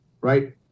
right